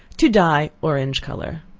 to dye orange color.